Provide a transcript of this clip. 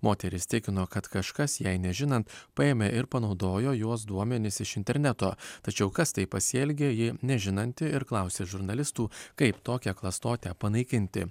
moteris tikino kad kažkas jai nežinant paėmė ir panaudojo jos duomenis iš interneto tačiau kas taip pasielgė ji nežinanti ir klausė žurnalistų kaip tokią klastotę panaikinti